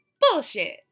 bullshit